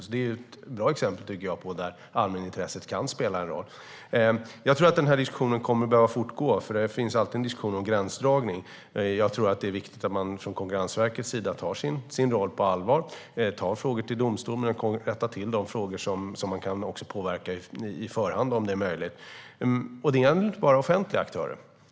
Det tycker jag är ett bra exempel där allmänintresset kan spela en roll. Jag tror att den här diskussionen kommer att behöva fortgå, för det finns alltid en diskussion om gränsdragning. Jag tror att det är viktigt att man från Konkurrensverkets sida tar sin roll på allvar, tar frågor till domstol men också rättar till de frågor som man kan påverka på förhand, om det är möjligt. Det gäller inte bara offentliga aktörer.